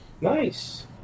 nice